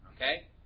Okay